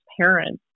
parents